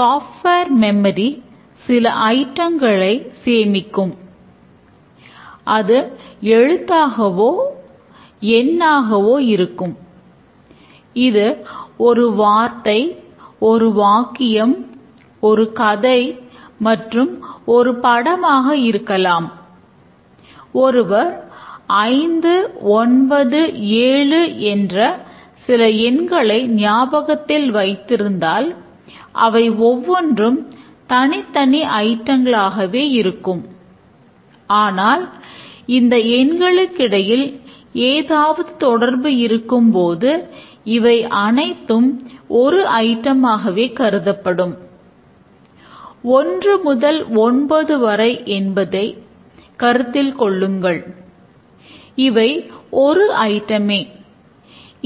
software memory